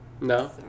No